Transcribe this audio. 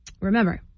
Remember